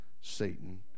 Satan